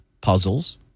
puzzles